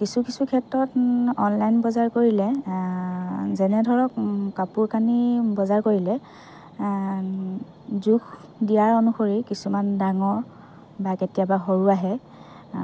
কিছু কিছু ক্ষেত্ৰত অনলাইন বজাৰ কৰিলে যেনে ধৰক কাপোৰ কানি বজাৰ কৰিলে জোখ দিয়াৰ অনুসৰি কিছুমান ডাঙৰ বা কেতিয়াবা সৰু আহে